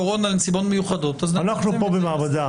אנחנו מוסיפים: